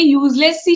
useless